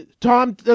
Tom